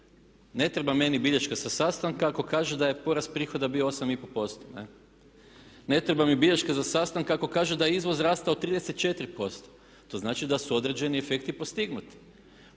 Ne treba meni bilješka sa sastanka ako kaže da je porast prihoda bio 8 i pol posto. Ne treba mi bilješke za sastanke ako kaže da je izvoz rastao 34%. To znači da su određeni efekti postignuti.